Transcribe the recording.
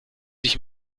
sich